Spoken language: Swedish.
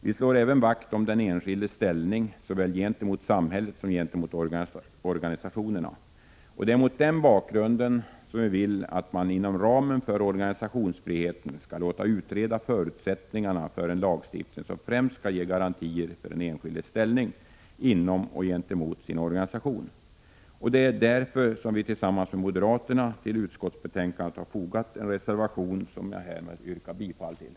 Vi slår även vakt om den enskildes ställning såväl gentemot samhället som gentemot organisationerna. Det är mot denna bakgrund vi vill att man inom ramen för organisationsfriheten skall låta utreda förutsättningarna för en lagstiftning som främst skall ge garantier för den enskildes ställning inom och gentemot sin organisation. Det är därför som vi tillsammans med moderaterna och folkpartiet har fogat en reservation till utskottsbetänkandet, vilken jag härmed yrkar bifall till.